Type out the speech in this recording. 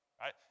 right